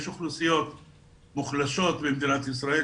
יש אוכלוסיות מוחלשות במדינת ישראל,